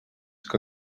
que